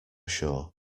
sure